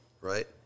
right